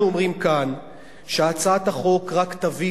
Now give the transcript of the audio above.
אנחנו אומרים כאן שהצעת החוק רק תביא